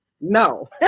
No